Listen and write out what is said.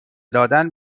دادن